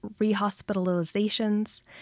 rehospitalizations